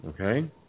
Okay